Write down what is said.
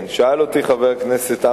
ביום ו' בסיוון התש"ע (19 במאי 2010): חברות הסלולר